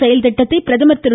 செயல்திட்டத்தை பிரதமர் திரு